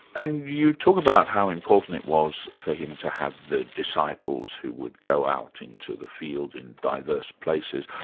and you talk about how important it was for him to have the disciples who would go out into the field in diverse places.